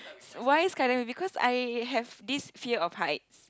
why skydiving because I have this fear of heights